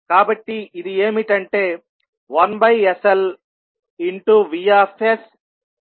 కాబట్టి ఇది ఏమిటంటే 1sLVs